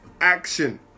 action